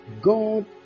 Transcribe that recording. god